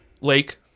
Lake